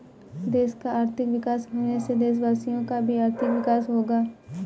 देश का आर्थिक विकास होने से देशवासियों का भी आर्थिक विकास होगा